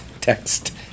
Text